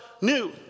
new